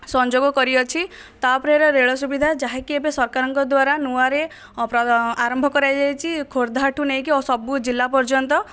ସଂଯୋଗ କରିଅଛି ତା'ପରେ ହେଲା ରେଳ ସୁବିଧା ଯାହାକି ଏବେ ସରକାରଙ୍କ ଦ୍ୱାରା ନୂଆର ଅ ପ୍ର ଆରମ୍ଭ କରାଯାଇଛି ଖୋର୍ଦ୍ଧାଠାରୁ ନେଇକି ଆଉ ସବୁ ଜିଲ୍ଲା ପର୍ଯ୍ୟନ୍ତ